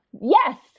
Yes